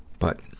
but